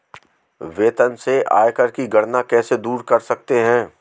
वेतन से आयकर की गणना कैसे दूर कर सकते है?